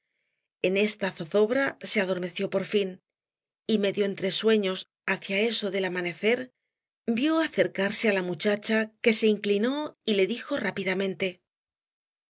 en esta zozobra se adormeció por fin y medio entre sueños hacia eso del amanecer vió acercarse á la muchacha que se inclinó y le dijo